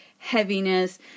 heaviness